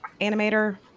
animator